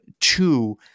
two